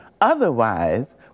Otherwise